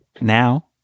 now